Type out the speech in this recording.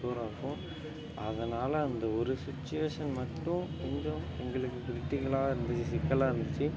தூரம் இருக்கும் அதனால் அந்த ஒரு சுச்சிவேஷன் மட்டும் கொஞ்சம் எங்களுக்கு கிரிட்டிக்களாக இருந்துச்சு சிக்கலாக இருந்துச்சு